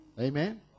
Amen